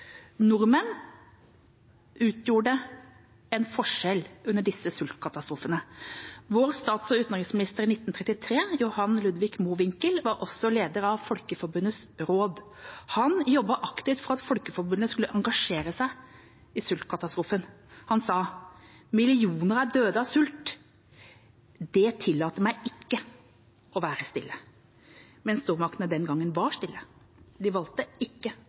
Nordmenn utgjorde en forskjell under disse sultkatastrofene. Vår stats- og utenriksminister i 1933, Johan Ludwig Mowinckel, var også leder av Folkeforbundets råd. Han jobbet aktivt for at Folkeforbundet skulle engasjere seg i sultkatastrofen. Han sa: Millioner er døde av sult – det tillater meg ikke å være stille. Men stormaktene den gangen var stille. De valgte ikke